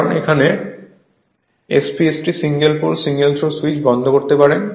কারণ এখানে SP ST single pole single throw switch বন্ধ করতে পারেন